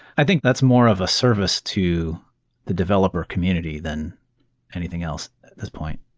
i think that's more of a service to the developer community than anything else at this point.